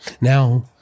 Now